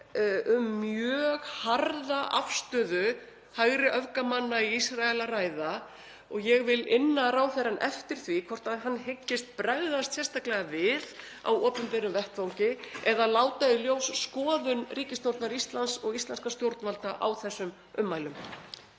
um mjög harða afstöðu hægri öfgamanna í Ísrael að ræða og ég vil inna ráðherrann eftir því hvort hann hyggist bregðast sérstaklega við á opinberum vettvangi eða láta í ljós skoðun ríkisstjórnar Íslands og íslenskra stjórnvalda á þessum ummælum.